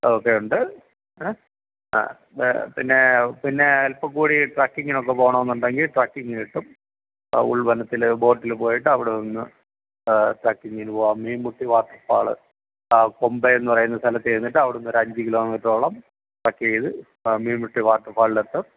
okay ഉണ്ട് പിന്നെ പിന്നെ അൽപ്പം കൂടി ട്രക്കിങ്ങിനൊക്കെ പോകണമെന്നുണ്ടെങ്കില് ട്രക്കിങ് കിട്ടും ഉൾവനത്തില് ബോട്ടില് പോയിട്ട് അവിടെനിന്ന് ട്രക്കിങ്ങിനു പോവാം മീൻമുട്ടി വാട്ടർഫാള് ആ കൊമ്പയം എന്നു പറയുന്ന സ്ഥലത്തുചെന്നിട്ട് അവിടനിന്നൊരു അഞ്ചു കിലോമീറ്ററോളം ട്രക്ക ചെയ്ത് മീൻമുട്ടി വാട്ടർഫാളിലെത്താം